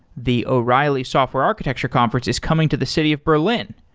the o'reilly software architecture conference is coming to the city of berlin,